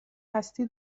هستی